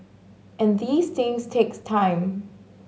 and these things takes time